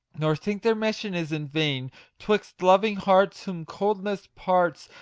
nor think their mission is in vain twixt loving hearts, whom coldness parts,